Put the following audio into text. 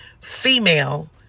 female